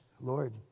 Lord